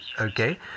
okay